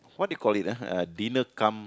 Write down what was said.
what do you call it ah uh dinner cum